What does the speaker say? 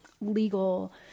legal